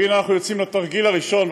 והנה אנחנו יוצאים לתרגיל הראשון,